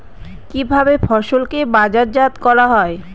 কিভাবে ফসলকে বাজারজাত করা হয়?